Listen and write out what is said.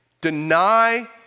deny